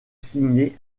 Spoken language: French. signée